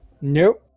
Nope